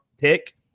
pick